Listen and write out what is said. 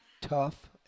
tough